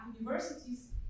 universities